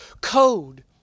code